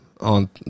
on